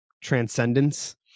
transcendence